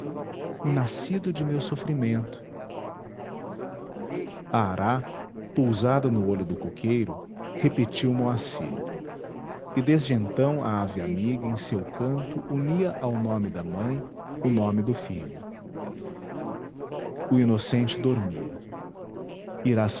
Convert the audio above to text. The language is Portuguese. o nascido de meu sofrimento a ará pousada no olho do coqueiro repetiu moacir e desde então a ave amiga em seu canto unia ao nome da mãe o nome do filho o inocente dormia